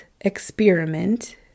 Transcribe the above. experiment